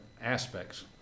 aspects